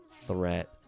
threat